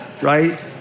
right